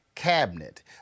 Cabinet